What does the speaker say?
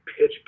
pitch